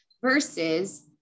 versus